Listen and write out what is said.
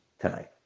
tonight